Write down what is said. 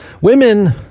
Women